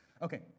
Okay